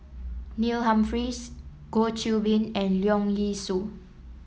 Neil Humphreys Goh Qiu Bin and Leong Yee Soo